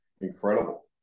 incredible